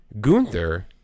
Gunther